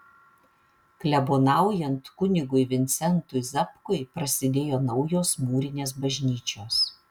klebonaujant kunigui vincentui zapkui prasidėjo naujos mūrinės bažnyčios